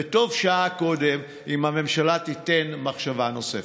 וטובה שעה קודם אם הממשלה תיתן מחשבה נוספת.